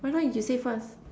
why don't you say first